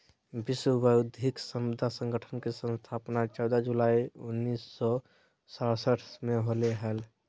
विश्व बौद्धिक संपदा संगठन के स्थापना चौदह जुलाई उननिस सो सरसठ में होलय हइ